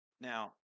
Now